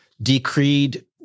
decreed